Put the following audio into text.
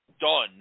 done